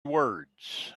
words